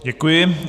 Děkuji.